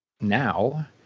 now